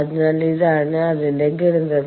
അതിനാൽ ഇതാണ് അതിന്റെ ഗണിതം